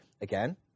again